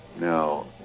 now